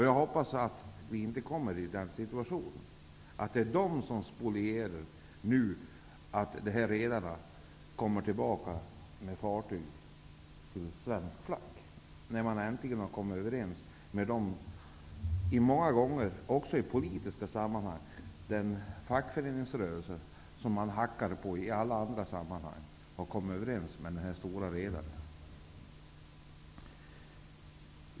Jag hoppas att vi inte kommer i den situationen att de förhindrar utvecklingen att redarna kommer tillbaka med fartyg till svensk flagg, nu när man äntligen har kommit överens med den fackföreningsrörelse som man hackat på i alla andra sammanhang, också politiskt.